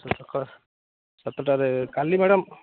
ସକାଳ ସାତଟାରେ କାଲି ମ୍ୟାଡ଼ାମ୍